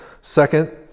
Second